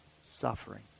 suffering